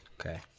Okay